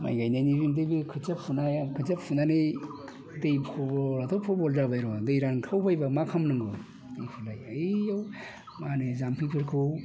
माइ गायनायनि जुदि बे खोथिया फुनाया खोथिया फुनानै दै फ्रब्लेमाथ' फ्रब्लेम जाबाय र' दै रानख्रावबायबा मा खालामनांगौ बेखौलाय ओइयाव माहोनो जामफैफोरखौ